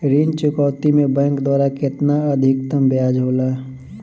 ऋण चुकौती में बैंक द्वारा केतना अधीक्तम ब्याज होला?